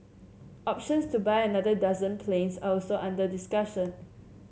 options to buy another dozen planes are also under discussion